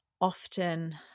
often